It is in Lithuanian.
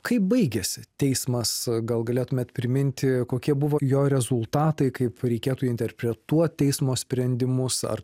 kaip baigėsi teismas gal galėtumėt priminti kokie buvo jo rezultatai kaip reikėtų interpretuot teismo sprendimus ar